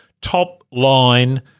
top-line